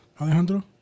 Alejandro